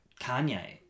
Kanye